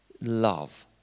love